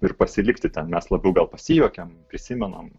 ir pasilikti ten mes labiau gal pasijuokiam prisimenam